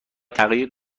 تغییر